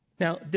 Now